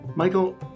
Michael